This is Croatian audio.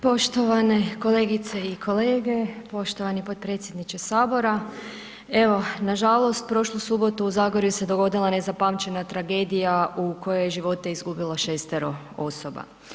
Poštovane kolegice i kolege, poštovani potpredsjedniče HS, evo, nažalost prošlu subotu u Zagorju se dogodila nezapamćena tragedija u kojoj je živote izgubilo 6-ero osoba.